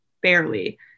barely